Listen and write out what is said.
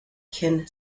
kin